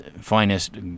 finest